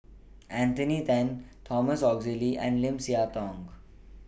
Anthony Then Thomas Oxley and Lim Siah Tong